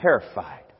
terrified